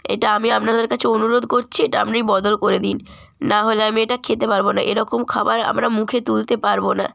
এটা আমি আপনাদের কাছে অনুরোধ করছি এটা আপনি বদল করে দিন না হলে আমি এটা খেতে পারব না এরকম খাবার আমরা মুখে তুলতে পারব না